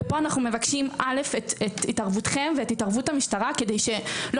ופה אנחנו מבקשים את התערבותכם ואת התערבות המשטרה כדי שלא